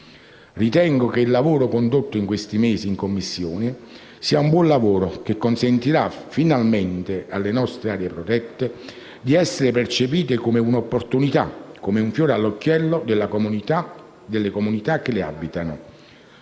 Ritengo che il lavoro condotto in questi mesi in Commissione sia un buon lavoro, che consentirà finalmente alle nostre aree protette di essere percepite come un'opportunità, come un fiore all'occhiello dalle comunità che le abitano.